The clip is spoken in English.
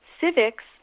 civics